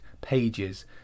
pages